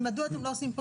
ומדוע אתם לא עושים פה